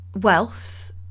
wealth